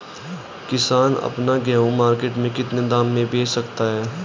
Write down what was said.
किसान अपना गेहूँ मार्केट में कितने दाम में बेच सकता है?